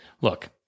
Look